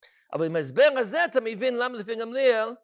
אבל עם ההסבר הזה אתה מבין למה לפי גמליאל...